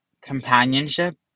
companionship